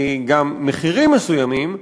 גם מחירים מסוימים,